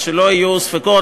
אז שלא יהיו ספקות,